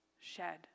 shed